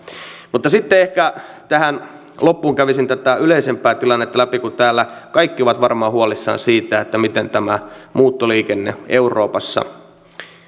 mutta sitten ehkä tähän loppuun kävisin tätä yleisempää tilannetta läpi kun täällä kaikki ovat varmaan huolissaan siitä miten tämä muuttoliikenne euroopassa